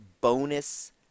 bonus